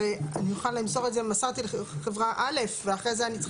הרי מסרתי לחברה א' ואחרי זה אני צריכה